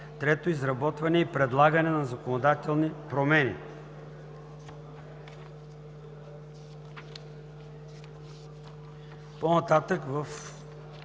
3. Изработване и предлагане на законодателни промени. По-нататък в